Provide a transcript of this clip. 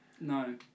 No